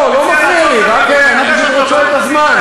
לא, לא מפריע לי, רק אני עוצר את הזמן.